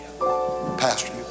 Pastor